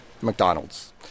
McDonald's